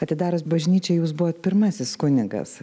atidarius bažnyčią jūs buvote pirmasis kunigas